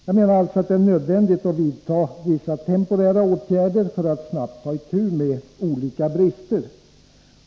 Jag menar alltså att det är nödvändigt att vidta vissa temporära åtgärder för att snabbt kunna ta itu med olika brister.